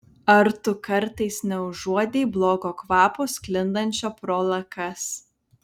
ar tu kartais neužuodei blogo kvapo sklindančio pro lakas